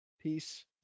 peace